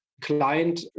client